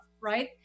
right